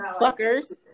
fuckers